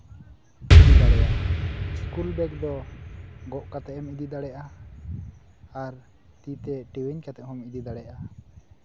ᱤᱫᱤ ᱫᱟᱲᱮᱭᱟᱜᱼᱟ school bag ᱫᱚ ᱜᱚᱜ ᱠᱟᱛᱮ ᱮᱢ ᱤᱫᱤ ᱫᱟᱲᱮᱭᱟᱜᱼᱟ ᱟᱨ ᱛᱤᱛᱮ ᱴᱮᱣᱧ ᱠᱟᱛᱮ ᱦᱚᱸᱢ ᱤᱫᱤ ᱫᱟᱲᱮᱭᱟᱜᱼᱟ